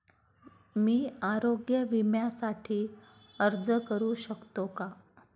मी आरोग्य विम्यासाठी अर्ज करू शकतो का?